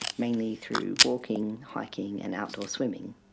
mainly through walking, hiking and outdoor swimming.